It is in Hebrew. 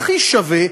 הכי שווה,